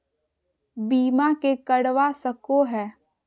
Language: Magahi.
बीमा के करवा सको है?